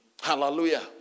Hallelujah